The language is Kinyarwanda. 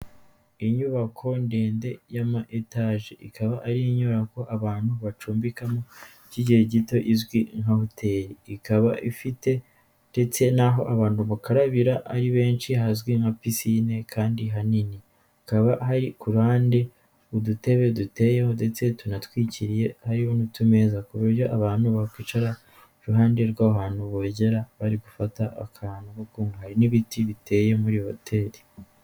Inyubako ndende y'ama etaje, ikaba ari inyubako abantu bacumbikamo by'igihe gito izwi nka hoteli, ikaba ifite ndetse n'aho abantu bakarabira ari benshi hazwi nka pisine kandi hanini, hakaba hari ku ruhandi udutebe duteye ndetse tunatwikiriye hariho n'utumeza ku buryo abantu bakwicara iruhande rw'aho hantu bogera bari gufata akantu ko kunywa, hari n'ibiti biteye muri hoteli.